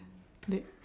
that